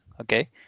Okay